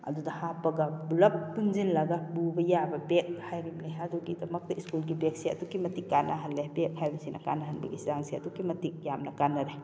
ꯑꯗꯨꯗ ꯍꯥꯞꯄꯒ ꯄꯨꯂꯞ ꯄꯨꯟꯁꯤꯜꯂꯒ ꯄꯨꯕ ꯌꯥꯕ ꯕꯦꯒ ꯍꯥꯏꯔꯤꯕꯅꯤ ꯑꯗꯨꯒꯤꯗꯃꯛꯇ ꯁ꯭ꯀꯨꯜꯒꯤ ꯕꯦꯒꯁꯦ ꯑꯗꯨꯛꯀꯤ ꯃꯇꯤꯛ ꯀꯥꯟꯅꯍꯜꯂꯦ ꯕꯦꯒ ꯍꯥꯏꯕꯁꯤꯅ ꯀꯥꯟꯅꯍꯟꯕꯒꯤ ꯆꯥꯡꯁꯦ ꯑꯗꯨꯛꯀꯤ ꯃꯇꯤꯛ ꯌꯥꯝꯅ ꯀꯥꯟꯅꯔꯦ